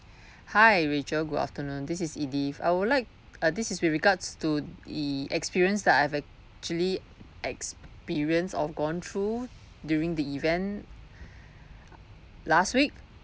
hi rachel good afternoon this is edith I would like uh this is with regards to the experience that I have actually experienced or gone through during the event last week